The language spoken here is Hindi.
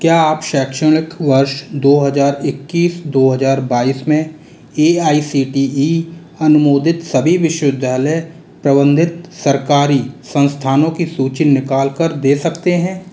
क्या आप शैक्षणिक वर्ष दो हजार इक्कीस दो हजार बाईस में A I C T E अनुमोदित सभी विश्वविद्यालय प्रबंधित सरकारी संस्थानों की सूची निकाल कर दे सकते हैं